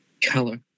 color